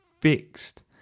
fixed